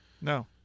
No